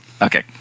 okay